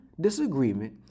disagreement